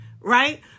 right